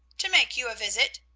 to make you a visit,